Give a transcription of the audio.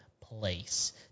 place